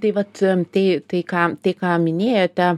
tai vat tai tai ką tai ką minėjote